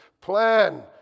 plan